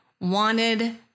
wanted